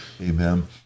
amen